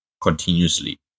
continuously